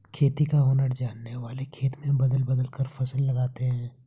खेती का हुनर जानने वाले खेत में बदल बदल कर फसल लगाते हैं